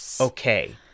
okay